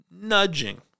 nudging